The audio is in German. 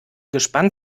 gespannt